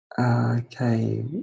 Okay